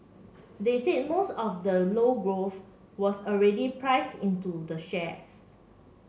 they said most of the lower growth was already priced into the shares